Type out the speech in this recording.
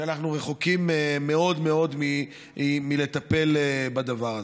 כשאנחנו רחוקים מאוד מלטפל בדבר הזה.